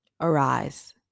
arise